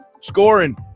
Scoring